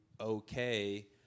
okay